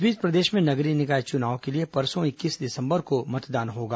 इस बीच प्रदेश में नगरीय निकाय चुनाव के लिए परसों इक्कीस दिसंबर को मतदान होगा